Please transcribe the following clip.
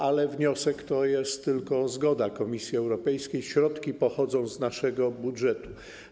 Ale wniosek to jest tylko zgoda Komisji Europejskiej, środki pochodzą z naszego budżetu.